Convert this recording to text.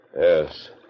Yes